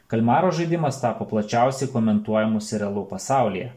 kalmaro žaidimas tapo plačiausiai komentuojamu serialu pasaulyje